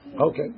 okay